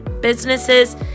businesses